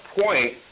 point